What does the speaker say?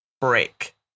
break